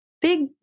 big